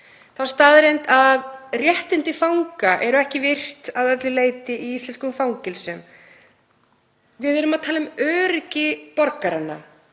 þá staðreynd að réttindi fanga eru ekki virt að öllu leyti í íslenskum fangelsum. Við erum að tala um öryggi borgaranna.